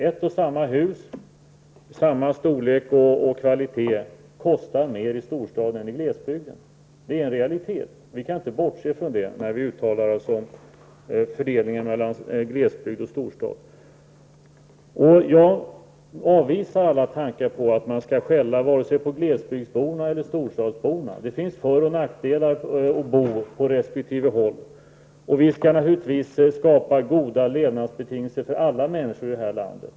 Ett och samma hus, samma storlek och kvalitet, kostar mer i storstaden än i glesbygden. Det är en realitet, och vi kan inte bortse från det när vi uttalar oss om förhållandet mellan glesbygd och storstad. Jag avvisar alla tankar på att man skall skälla vare sig på glesbygdsborna eller på storstadsborna. Det finns för och nackdelar med att bo på resp. håll, och vi skall naturligtvis skapa goda levnadsbetingelser för alla människor i det här landet.